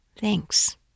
Thanks